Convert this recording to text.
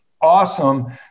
awesome